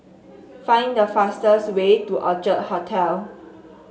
find the fastest way to Orchard Hotel